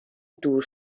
دور